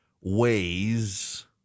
ways